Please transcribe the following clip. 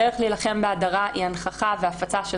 הדרך להילחם בהדרה היא הנכחה והפצה של